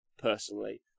personally